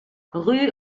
rue